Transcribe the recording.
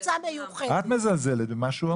את מזלזלת במה שהוא אומר.